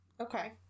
Okay